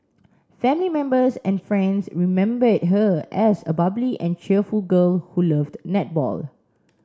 family members and friends remembered her as a bubbly and cheerful girl who loved netball